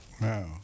wow